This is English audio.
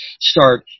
start